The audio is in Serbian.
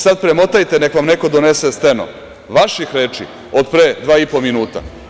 Sada premotajte, neka vam neko donese stenobeleške vaših reči od pre dva i po minuta.